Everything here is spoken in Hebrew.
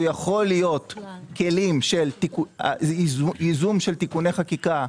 הוא יכול להיות ייזום של תיקוני חקיקה,